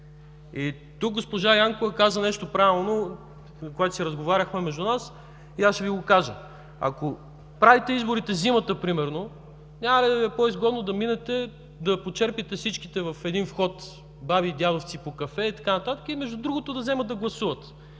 Госпожа Янкова каза нещо правилно, когато разговаряхме, и аз ще Ви го кажа: ако правите изборите зимата, примерно, няма ли да Ви е по-изгодно да минете да почерпите всички баби и дядовци в един вход по кафе и така нататък, и между другото да вземат да гласуват.